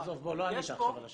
עזוב, לא ענית עכשיו על השאלה.